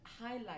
highlight